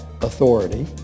authority